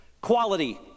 quality